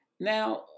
Now